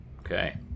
Okay